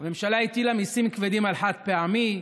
הממשלה הטילה מיסים כבדים על חד-פעמי,